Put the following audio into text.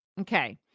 Okay